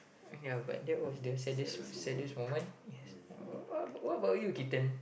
uh ya but that was the saddest the saddest moment what what about you Keaton